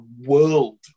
world